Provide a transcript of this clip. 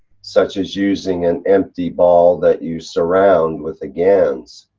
such as using an empty ball that you surround with the gans.